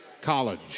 College